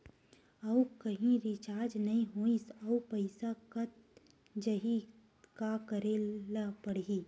आऊ कहीं रिचार्ज नई होइस आऊ पईसा कत जहीं का करेला पढाही?